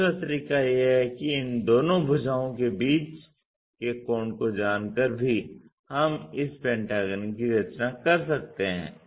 दूसरा तरीका यह है कि इन दोनों भुजाओं के बीच के कोण को जानकर भी हम इस पेंटागन की रचना कर सकते हैं